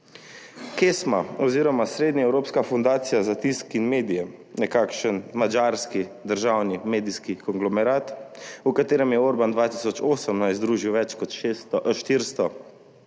KESMA oziroma srednjeevropska fundacija za tisk in medije, nekakšen madžarski državni medijski konglomerat, v katerem je Orban 2018 združil več kot 476 provladnih